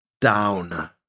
down